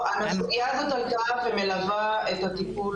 הסוגייה הזאת עלתה והיא מלווה את הטיפול